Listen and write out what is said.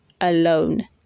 alone